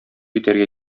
итәргә